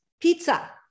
pizza